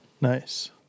Nice